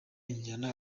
injyana